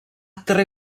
tre